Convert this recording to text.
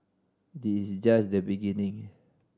this just the beginning